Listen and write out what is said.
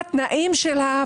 וב-2020 החברה התחילה להפסיד,